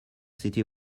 city